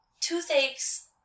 toothaches